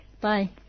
Bye